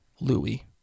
Louis